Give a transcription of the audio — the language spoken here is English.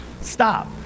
Stop